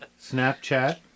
Snapchat